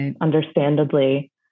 understandably